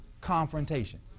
Confrontation